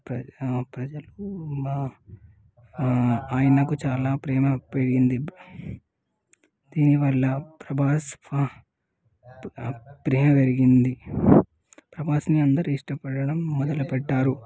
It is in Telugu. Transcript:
ప్ర ప్రజలు ఆయనకు చాలా ప్రేమ పెరిగింది దీనివల్ల ప్రభాస్ ప్రేమ పెరిగింది ప్రభాస్ని అందరూ ఇష్టపడడం మొదలుపెట్టారు